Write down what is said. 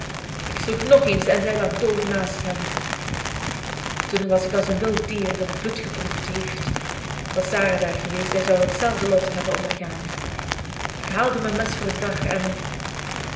ik sloeg nog eens en zij lag dood naast hem toen was ik als een wild dier dat bloed geproefd heeft was sarah daar geweest zij zou hetzelfde lot hebben ondergaan ik haalde mijn mes voor den dag en